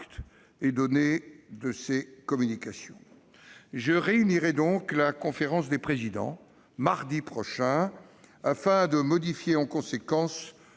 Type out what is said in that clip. Je réunirai la conférence des présidents mardi prochain, afin de modifier en conséquence